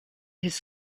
his